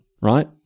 right